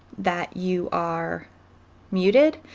that you are muted,